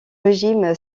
régime